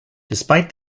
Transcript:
despite